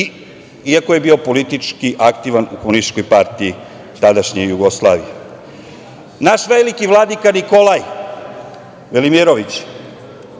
iako je bio politički aktivan u Komunističkoj partiji tadašnje Jugoslavije. Naš veliki Vladika Nikolaj Velimirović